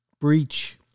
breach